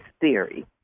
theory